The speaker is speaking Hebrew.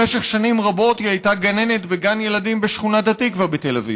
במשך שנים רבות היא הייתה גננת בגן ילדים בשכונת התקווה בתל אביב.